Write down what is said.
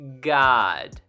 God